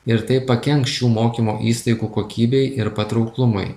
ir tai pakenks šių mokymo įstaigų kokybei ir patrauklumui